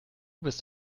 bist